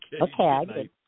Okay